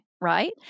right